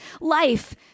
life